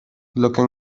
looking